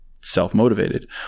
Self-motivated